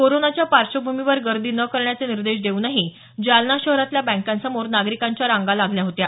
कोरोनाच्या पार्श्वभूमीवर गर्दी न करण्याचे निर्देश देऊनही जालना शहरातल्या बँकांसमोर नागरिकांच्या रांगा लागल्या होत्या